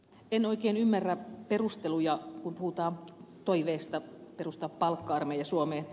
en oikein ymmärrä perusteluja kun puhutaan toiveesta perustaa palkka armeija suomeen